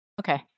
Okay